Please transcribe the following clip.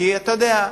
כי אתה יודע,